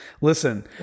Listen